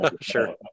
Sure